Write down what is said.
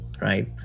right